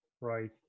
right